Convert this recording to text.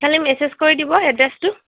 খালী মেচেজ কৰি দিব এড্ৰেছটো